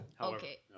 Okay